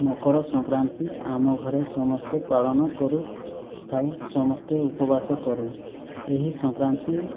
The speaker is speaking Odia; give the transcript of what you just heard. ମକରସଂକ୍ରାନ୍ତି ଆମ ଘରେ ସମସ୍ତେ ପାଳନ କରୁଥାଉ ସମସ୍ତେ ଉପବାସ କରୁ ଏହି ସଂକ୍ରାନ୍ତି